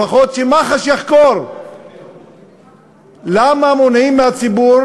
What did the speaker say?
לפחות שמח"ש יחקור למה מונעים מהציבור